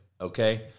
okay